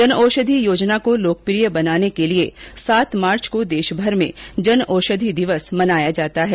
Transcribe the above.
जनऔषधि योजना को लोकप्रिय बनाने के लिए सात मार्च को देशभर में जनऔषधि दिवस मनाया जाता है